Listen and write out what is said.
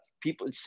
people